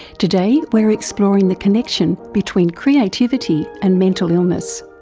today we're exploring the connection between creativity and mental illness.